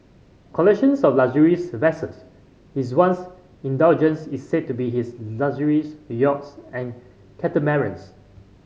collections of luxuries vessels His once indulgence is said to be his luxuries yachts and catamarans